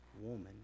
woman